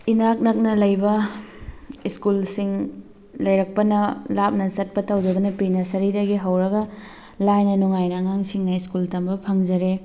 ꯏꯅꯥꯛ ꯅꯛꯅ ꯂꯩꯕ ꯁ꯭ꯀꯨꯜꯁꯤꯡ ꯂꯩꯔꯛꯄꯅ ꯂꯥꯞꯅ ꯆꯠꯄ ꯇꯧꯗꯕꯅ ꯄ꯭ꯔꯤ ꯅꯔꯁꯔꯤꯗꯒꯤ ꯍꯧꯔꯒ ꯂꯥꯏꯅ ꯅꯨꯡꯉꯥꯏꯅ ꯑꯉꯥꯡꯁꯤꯡꯅ ꯁ꯭ꯀꯨꯜ ꯇꯝꯕ ꯐꯪꯖꯔꯦ